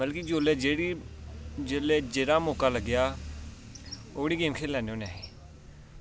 मतलब की जुल्ले जेह्ड़ी जुल्लै जेह्ड़ा मौका लग्गेआ ओह्ड़ी गेम खेल लैन्ने होन्ने असीं